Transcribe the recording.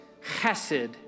chesed